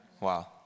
Wow